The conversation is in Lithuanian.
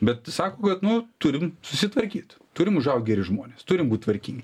bet sako kad nu turim susitvarkyt turim užaugt geri žmonės turim būt tvarkingi